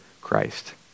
Christ